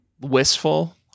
Wistful